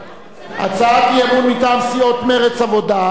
הצעת אי-אמון מטעם סיעות מרצ העבודה,